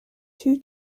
two